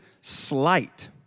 slight